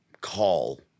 call